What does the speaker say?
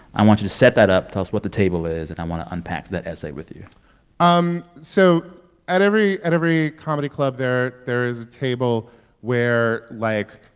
i want you to set that up. tell us what the table is. and i want to unpack that essay with you um so at every at every comedy club, there there is a table where, like,